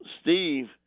Steve